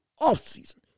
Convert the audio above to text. offseason